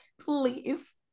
Please